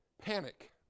Panic